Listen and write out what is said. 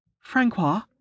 Francois